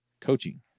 coaching